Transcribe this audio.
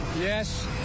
Yes